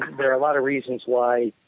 there are a lot of reasons why